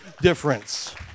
difference